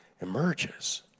emerges